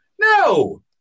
No